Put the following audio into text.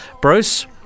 Bruce